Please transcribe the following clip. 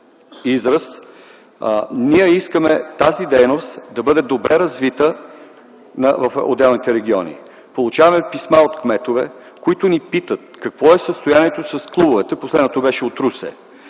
израз, ние искаме тази дейност да бъде добре развита в отделните региони. Получаваме писма от кметове, които ни питат, какво е състоянието с клубовете. Последното беше от Русе.